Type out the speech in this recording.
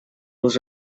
los